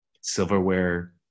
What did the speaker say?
silverware